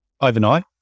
overnight